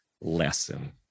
lesson